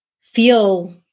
feel